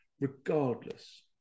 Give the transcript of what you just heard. Regardless